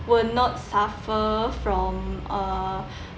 will not suffer from uh